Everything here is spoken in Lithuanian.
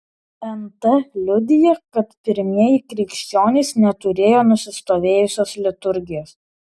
nt liudija kad pirmieji krikščionys neturėjo nusistovėjusios liturgijos